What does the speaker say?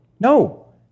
No